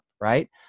Right